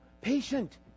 patient